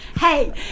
Hey